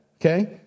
okay